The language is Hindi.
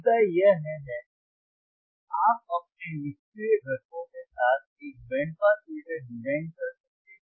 मुद्दा यह है आप अपने निष्क्रिय घटकों के साथ एक बैंड पास फ़िल्टर डिज़ाइन कर सकते हैं